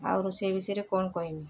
ଆଉ ରୋଷେଇ ବିଷୟରେ କ'ଣ କହିମି